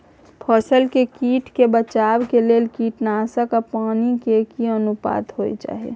फसल के कीट से बचाव के लेल कीटनासक आ पानी के की अनुपात होय चाही?